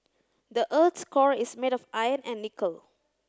the earth's core is made of iron and nickel